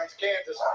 Kansas